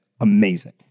amazing